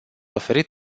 oferit